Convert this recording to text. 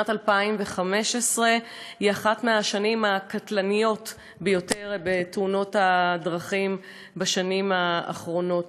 שנת 2015 היא אחת השנים הקטלניות ביותר בתאונות הדרכים בשנים האחרונות.